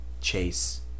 Chase